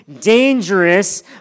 dangerous